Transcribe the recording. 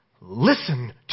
Listen